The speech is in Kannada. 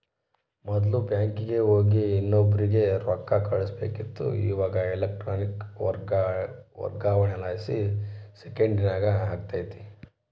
ಮೊದ್ಲು ಬ್ಯಾಂಕಿಗೆ ಹೋಗಿ ಇನ್ನೊಬ್ರಿಗೆ ರೊಕ್ಕ ಕಳುಸ್ಬೇಕಿತ್ತು, ಇವಾಗ ಎಲೆಕ್ಟ್ರಾನಿಕ್ ವರ್ಗಾವಣೆಲಾಸಿ ಸೆಕೆಂಡ್ನಾಗ ಆಗ್ತತೆ